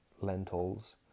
lentils